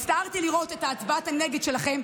הצטערתי לראות את הצבעת הנגד שלכם.